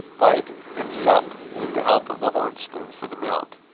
bite and sup, with the help of the horn-spoon for the milk.